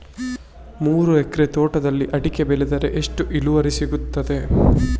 ಮೂರು ಎಕರೆ ತೋಟದಲ್ಲಿ ಅಡಿಕೆ ಬೆಳೆದರೆ ಎಷ್ಟು ಇಳುವರಿ ಸಿಗುತ್ತದೆ?